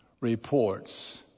reports